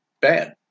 bad